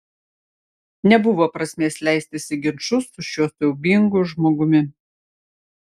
nebuvo prasmės leistis į ginčus su šiuo siaubingu žmogumi